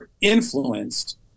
influenced